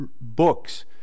books